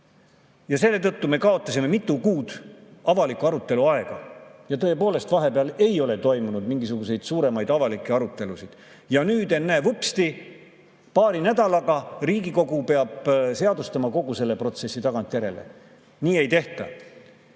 Ja selle tõttu me kaotasime mitu kuud avaliku arutelu aega. Tõepoolest, vahepeal ei ole toimunud mingisuguseid suuremaid avalikke arutelusid. Ja nüüd, ennäe – vupsti! –, paari nädalaga peab Riigikogu seadustama kogu selle protsessi tagantjärele. Nii ei tehta.